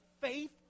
Faith